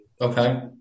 Okay